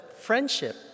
friendship